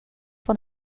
van